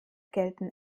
gelten